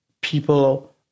people